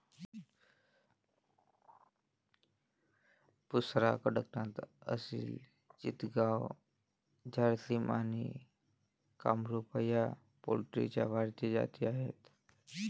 बुसरा, कडकनाथ, असिल चितगाव, झारसिम आणि कामरूपा या पोल्ट्रीच्या भारतीय जाती आहेत